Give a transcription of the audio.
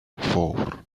four